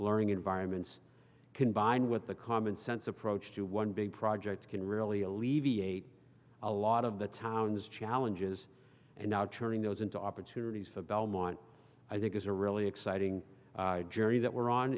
learning environments can bind with the common sense approach to one big project can really alleviate a lot of the town's challenges and now turning those into opportunities for belmont i think is a really exciting journey that we're on